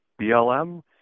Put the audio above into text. BLM